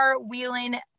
wheeling